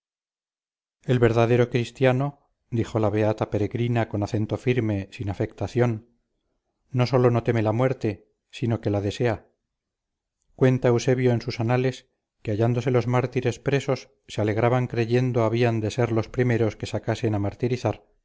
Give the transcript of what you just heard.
el verdadero cristiano dijo la beata peregrina con acento firme sin afectación no sólo no teme la muerte sino que la desea cuenta eusebio en sus anales que hallándose los mártires presos se alegraban creyendo habían de ser los primeros que sacasen a martirizar